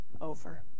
over